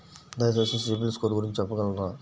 దయచేసి సిబిల్ స్కోర్ గురించి చెప్పగలరా?